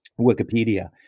Wikipedia